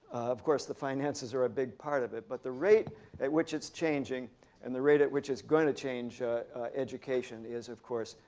of course, the finances are a big part of it, but the rate at which it's changing and the rate at which is going to change education is, of course,